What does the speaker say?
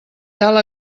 tal